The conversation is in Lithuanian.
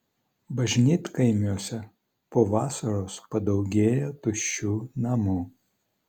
bažnytkaimiuose po vasaros padaugėja tuščių namų